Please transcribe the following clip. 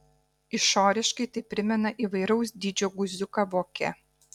išoriškai tai primena įvairaus dydžio guziuką voke